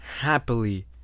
happily